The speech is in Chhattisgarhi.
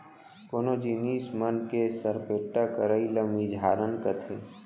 कोनो जिनिस मन के सरपेट्टा करई ल मिझारन कथें